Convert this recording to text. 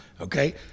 Okay